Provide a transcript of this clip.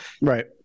right